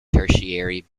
tertiary